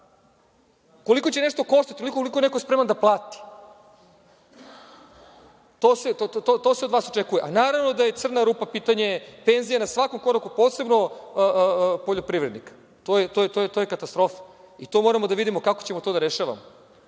Koliko će nešto koštati, onoliko koliko je neko spreman da plati. To se od vas očekuje.A, naravno da je crna rupa pitanje penzija na svakom koraku, posebno poljoprivrednika. To je katastrofa i to moramo da vidimo kako ćemo to da rešavamo, jer